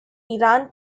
iran